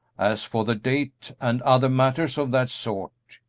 as for the date and other matters of that sort,